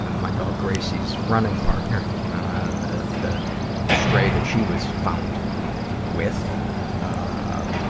ah my dog gracie's running partner the, the stray that she was found with ah